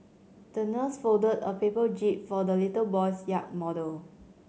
the nurse folded a paper jib for the little boy's yacht model